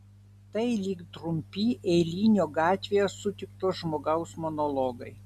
tai lyg trumpi eilinio gatvėje sutikto žmogaus monologai